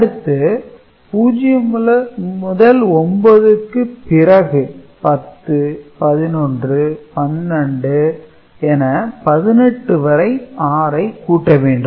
அடுத்து 0 - 9 க்கு பிறகு 10 11 12 என 18 வரை 6 ஐ கூட்ட வேண்டும்